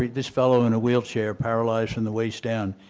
this fellow in a wheelchair paralyzed from the waist down,